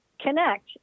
connect